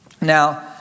Now